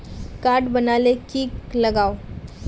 Card बना ले की लगाव?